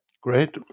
Great